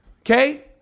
Okay